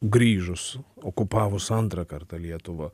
grįžus okupavus antrą kartą lietuvą